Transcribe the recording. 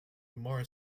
umar